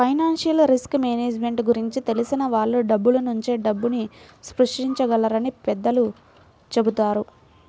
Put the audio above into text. financial risk management గురించి తెలిసిన వాళ్ళు డబ్బునుంచే డబ్బుని సృష్టించగలరని పెద్దలు చెబుతారు